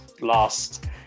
last